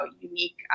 unique